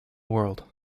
world